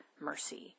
mercy